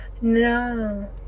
No